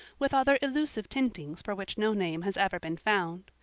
with other elusive tintings for which no name has ever been found.